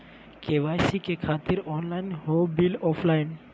KYC से खातिर online हो बिल ऑफलाइन?